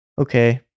okay